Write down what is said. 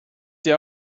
dir